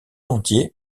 entier